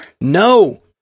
no